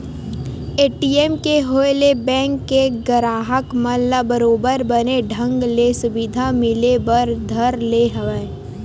ATM के होय ले बेंक के गराहक मन ल बरोबर बने ढंग ले सुबिधा मिले बर धर ले हवय